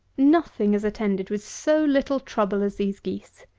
nothing is attended with so little trouble as these geese.